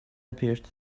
appeared